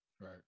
Right